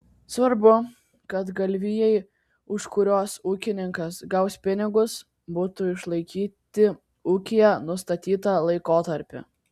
svarbu kad galvijai už kuriuos ūkininkas gaus pinigus būtų išlaikyti ūkyje nustatytą laikotarpį